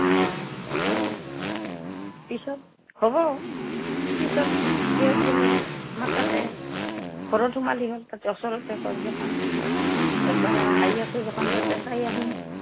অঁ হ'ব পিছত হ'ব পিছত ইহঁত গ'লে হ'ল আমাৰ তাতে ঘৰত সোমালে হ'ল তাতে ওচৰতে ঘৰ যখন একবাৰ আহি আছে যখন তাতে চাই আহিম